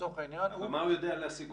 ולצורך העניין הוא --- אבל מה הוא יודע להשיג,